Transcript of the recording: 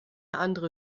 andere